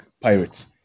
Pirates